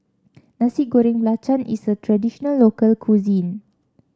Nasi Goreng Belacan is a traditional local cuisine